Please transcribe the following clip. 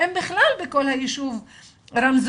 אין בכלל בכל הישוב רמזורים.